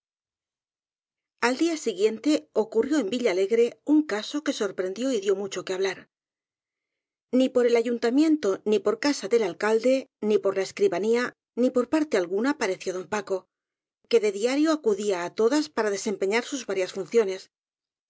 al día siguiente ocurrió en villalegre un caso que sorprendió y dió mucho que hablar ni por el ayuntamiento ni por casa del alcalde ni por la escribanía ni por parte alguna pareció don paco que de diario acudía á todas para des empeñar sus varias funciones